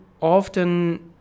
often